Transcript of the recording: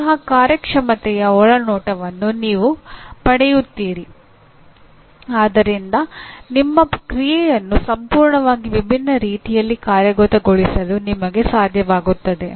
ಅಂತಹ ಕಾರ್ಯಕ್ಷಮತೆಯ ಒಳನೋಟವನ್ನು ನೀವು ಪಡೆಯುತ್ತೀರಿ ಆದ್ದರಿಂದ ನಿಮ್ಮ ಕ್ರಿಯೆಯನ್ನು ಸಂಪೂರ್ಣವಾಗಿ ವಿಭಿನ್ನ ರೀತಿಯಲ್ಲಿ ಕಾರ್ಯಗತಗೊಳಿಸಲು ನಿಮಗೆ ಸಾಧ್ಯವಾಗುತ್ತದೆ